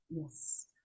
yes